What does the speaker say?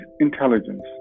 intelligence